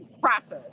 process